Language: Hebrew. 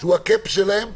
שהוא הקאפ שלהם,